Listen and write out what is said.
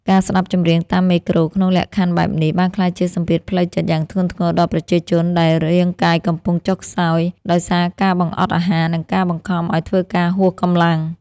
ការស្ដាប់ចម្រៀងតាមមេក្រូក្នុងលក្ខខណ្ឌបែបនេះ បានក្លាយជាសម្ពាធផ្លូវចិត្តយ៉ាងធ្ងន់ធ្ងរដល់ប្រជាជន ដែលរាងកាយកំពុងចុះខ្សោយដោយសារការបង្អត់អាហារ និងការបង្ខំឱ្យធ្វើការហួសកម្លាំង។